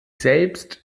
selbst